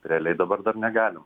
realiai dabar dar negalim